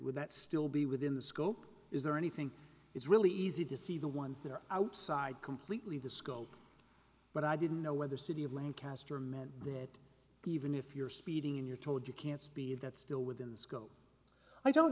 would that still be within the scope is there anything it's really easy to see the ones that are outside completely the scope but i didn't know whether city of lancaster meant that even if you're speeding in your told you can't speed that's still within the scope i don't